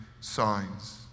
signs